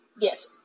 yes